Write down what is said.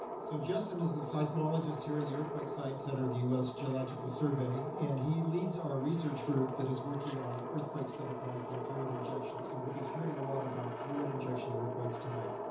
so justin is the seismologist here in the earthquake science center of the u s. geological survey, and he leads our research group that is working on earthquakes that are caused by fluid injection. so we'll be hearing a lot about fluid injection earthquakes tonight.